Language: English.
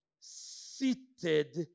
seated